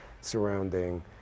surrounding